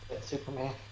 Superman